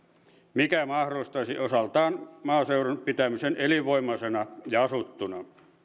mikä mahdollistaisi osaltaan maaseudun pitämisen elinvoimaisena ja asuttuna